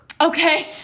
Okay